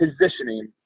positioning